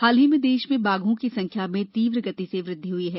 हाल ही में देश में बाघों की संख्या में तीव्र गति से वृद्वि हुई है